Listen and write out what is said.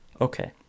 okay